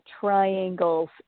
triangles